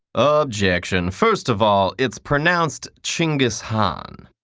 ah objection. first of all, it's pronounced genghis kahn.